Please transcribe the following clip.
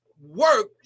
work